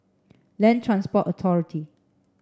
Land Transport Authority